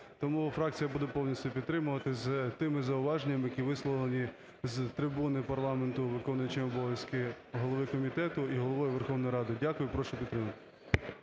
Тому фракція буде повністю підтримувати з тими зауваженнями, які висловлені з трибуни парламенту виконуючим обов'язки голови комітету і Головою Верховної Ради. Дякую. Прошу підтримати.